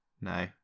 no